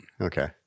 Okay